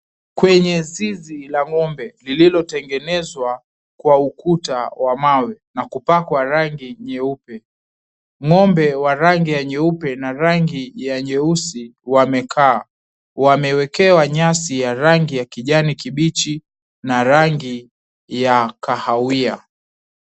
Kwenye zizi la ng'ombe lililotengenezwa kwa ukuta wa mawe, na kupakwa rangi nyeupe . N'ombe wa rangi ya nyeupe na rangi ya nyeusi, wamekaa. Wamewekewa nyasi ya rangi ya kijani kibichi na rangi ya kahawia.